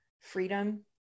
freedom